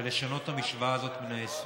ולשנות את המשוואה הזאת מן היסוד.